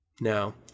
Now